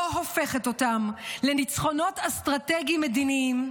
הופכת אותם לניצחונות אסטרטגיים מדיניים,